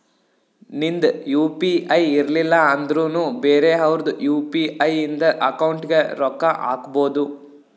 ನಿಂದ್ U P I ಇರ್ಲಿಲ್ಲ ಅಂದುರ್ನು ಬೇರೆ ಅವ್ರದ್ ಯು.ಪಿ.ಐ ಇಂದ ಅಕೌಂಟ್ಗ್ ರೊಕ್ಕಾ ಹಾಕ್ಬೋದು